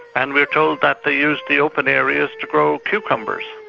and we are told that they used the open areas to grow cucumbers.